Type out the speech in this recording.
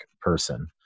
person